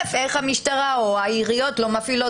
חושף איך המשטרה או העיריות לא מפעילות